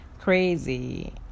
crazy